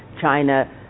China